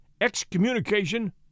Excommunication